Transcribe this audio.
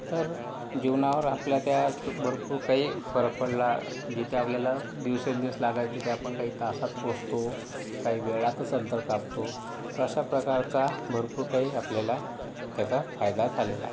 तर जीवनावर आपल्या त्या भरपूर काही फरक पडलाय जिथं आपल्याला दिवसेंदिवस लागायचे तिथे आपण तासात पोचतो काही वेळातच अंतर कापतो तर अशा प्रकारचा भरपूर काही आपल्याला त्याचा फायदा झालेला आहे